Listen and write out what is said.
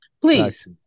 Please